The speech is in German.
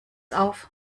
auf